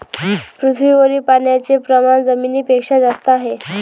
पृथ्वीवरील पाण्याचे प्रमाण जमिनीपेक्षा जास्त आहे